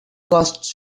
costs